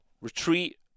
retreat